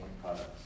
products